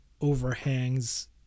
overhangs